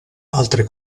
altre